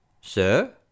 Sir